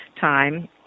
time